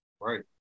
right